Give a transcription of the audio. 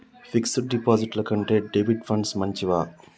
Fix డ్ డిపాజిట్ల కంటే డెబిట్ ఫండ్స్ మంచివా?